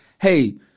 hey